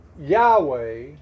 Yahweh